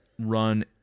run